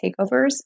takeovers